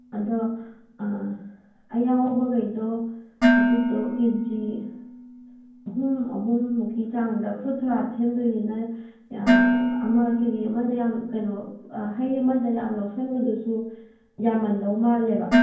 ꯑꯗꯣ ꯑꯌꯥꯎꯕꯒꯩꯗ ꯑꯗꯨꯗꯣ ꯀꯦꯖꯤ ꯑꯍꯨꯝ ꯑꯍꯨꯝꯃꯨꯛꯀꯤ ꯆꯥꯡꯗ ꯐ꯭ꯔꯨꯠ ꯁꯂꯥꯗ ꯁꯦꯝꯒꯗꯣꯏꯅꯤꯅ ꯑꯃ ꯀꯦꯖꯤ ꯑꯃꯗ ꯌꯥꯝ ꯀꯩꯅꯣ ꯍꯩ ꯑꯃꯗ ꯌꯥꯝ ꯂꯧꯁꯟꯕꯗꯨꯁꯨ ꯌꯥꯝꯃꯟꯒꯗꯧꯕ ꯃꯥꯜꯂꯦꯕ